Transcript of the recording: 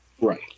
Right